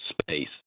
space